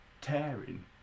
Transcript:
tearing